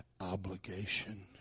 obligation